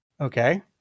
Okay